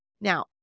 Now